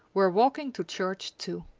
were walking to church, too.